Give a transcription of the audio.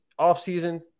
offseason